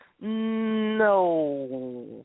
no